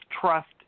trust